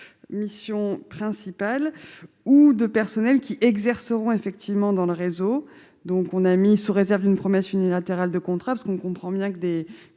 mission principale ou de personnel qui exerceront effectivement dans le réseau, donc on a mis sous réserve d'une promesse unilatérale de contrat parce qu'on comprend bien que dès